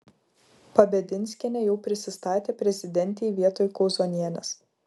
pabedinskienė jau prisistatė prezidentei vietoj kauzonienės